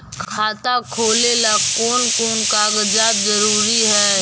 खाता खोलें ला कोन कोन कागजात जरूरी है?